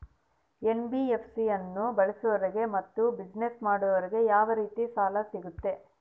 NBFC ಅನ್ನು ಬಳಸೋರಿಗೆ ಮತ್ತೆ ಬಿಸಿನೆಸ್ ಮಾಡೋರಿಗೆ ಯಾವ ರೇತಿ ಸಾಲ ಸಿಗುತ್ತೆ?